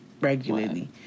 regularly